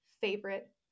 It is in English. favorite